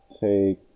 Take